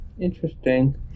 Interesting